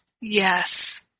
Yes